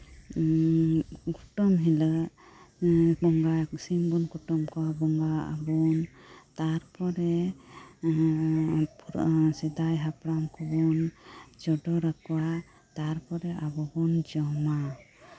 ᱠᱩᱴᱟᱹᱢ ᱦᱤᱞᱳᱜ ᱵᱚᱸᱭᱟᱵᱚᱱ ᱥᱤᱢ ᱵᱚᱱ ᱠᱩᱴᱟᱹᱢ ᱠᱚᱣᱟ ᱛᱟᱨᱯᱚᱨᱮ ᱥᱮᱫᱟᱭ ᱦᱟᱯᱲᱟᱢ ᱠᱚᱵᱚᱱ ᱪᱚᱰᱚᱨ ᱟᱠᱚᱣᱟ ᱛᱟᱨᱯᱚᱨᱮ ᱟᱵᱚ ᱵᱚᱱ ᱡᱚᱢᱟ